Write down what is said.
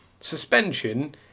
suspension